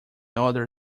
other